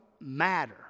matter